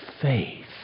faith